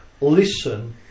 listen